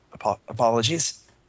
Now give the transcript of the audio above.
Apologies